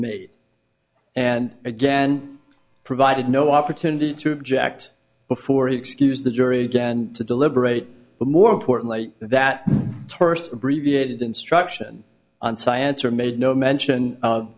made and again provided no opportunity to object before he excused the jury again to deliberate but more importantly that terse abbreviated instruction on science were made no mention of